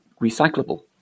recyclable